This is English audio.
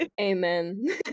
Amen